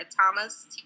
Thomas